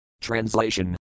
Translation